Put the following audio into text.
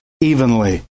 evenly